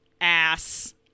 ass